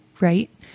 Right